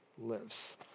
lives